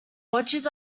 watches